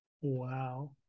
Wow